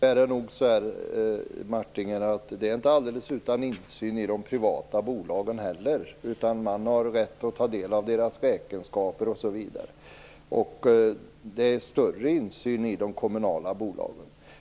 Fru talman! Jerry Martinger, de privata bolagen är inte heller helt utan insyn. Man har rätt att ta del av deras räkenskaper, osv. Det är större insyn i de kommunala bolagen.